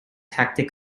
hectic